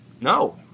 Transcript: No